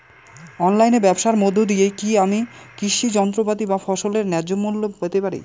অনলাইনে ব্যাবসার মধ্য দিয়ে কী আমি কৃষি যন্ত্রপাতি বা ফসলের ন্যায্য মূল্য পেতে পারি?